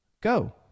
Go